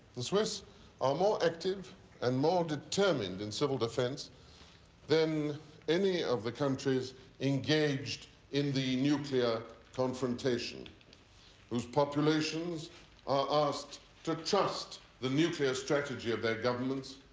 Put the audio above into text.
the swiss are more active and more determined in civil defense than any of the countries engaged in the nuclear confrontation whose populations are asked to trust the nuclear strategy of their governments,